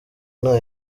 nta